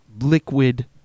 liquid